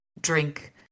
drink